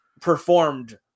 performed